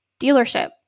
dealership